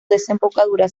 desembocadura